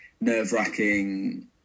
nerve-wracking